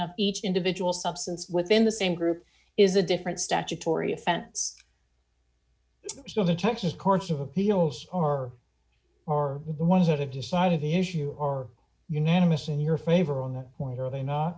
of each individual substance within the same group is a different statutory offense so the texas courts of appeals are are the ones that have to side of the issue or unanimous in your favor on that point are they not